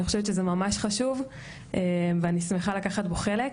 אני חושבת שזה ממש חשוב ואני שמחה לקחת בו חלק,